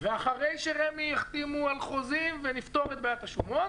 ואחרי שרמ"י יחתמו על חוזים ונפתור את בעיית השומות,